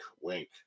wink